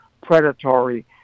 predatory